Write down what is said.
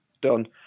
done